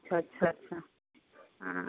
अच्छा अच्छा अच्छा हा त